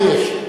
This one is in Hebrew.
לי יש.